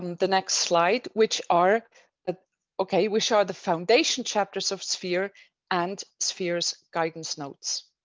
the next slide, which are ah ok, which are the foundation chapters of sphere and sphere as guidance notes.